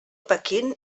pequín